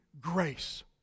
grace